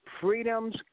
freedoms